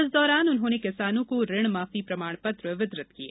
इस दौरान उन्होंने किसानों को ऋण माफी प्रमाण पत्र वितरित किये